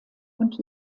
und